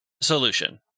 solution